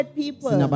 people